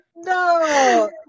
No